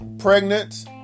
pregnant